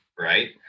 right